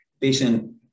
Patient